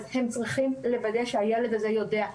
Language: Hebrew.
אז הם צריכים לוודא שהילד הזה יודע.